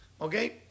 Okay